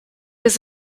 was